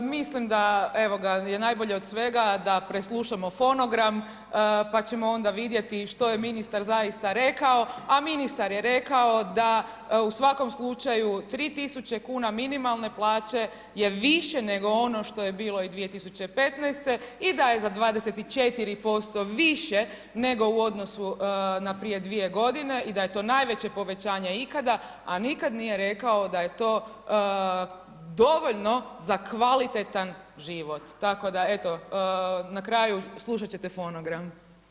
Mislim da, evo ga, je najbolje od svega da preslušamo fonogram, pa ćemo onda vidjeti što je ministar zaista rekao, a ministar je rekao da u svakom slučaju 3.000,00 kn minimalne plaće je više nego ono što je bilo i 2015.-te i da je za 24% više, nego u odnosu na prije dvije godine i da je to najveće povećanje ikada, a nikada nije rekao da je to dovoljno za kvalitetan život, tako da, eto, na kraju slušati ćete fonogram.